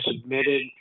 submitted